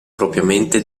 propriamente